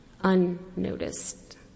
unnoticed